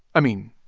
i mean,